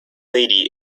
lady